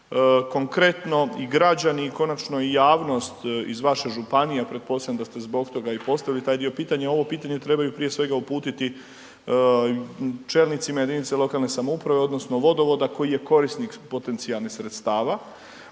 Konkretno, i građani i konačno i javnost iz vaše županije, a pretpostavljam da ste zbog toga i postavili taj dio pitanja, ovo pitanje trebaju prije svega uputiti čelnicima jedinica lokalne samouprave odnosno Vodovoda koji je korisnik potencijalnih sredstava.